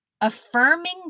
affirming